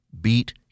Beat